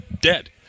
dead